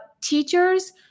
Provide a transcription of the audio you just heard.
teachers